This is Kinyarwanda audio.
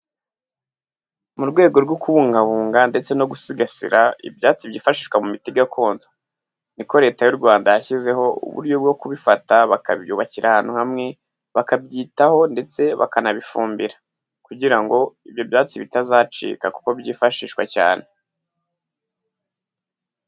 Mu rwego rwo kubungabunga ndetse no gusigasira ibyatsi byifashishwa mu miti gakondo, niko Leta y'u Rwanda yashyizeho uburyo bwo kubifata bakabyubakira ahantu hamwe, bakabyitaho ndetse bakanabifumbira, kugira ngo ibyo byatsi bitazacika kuko byifashishwa cyane.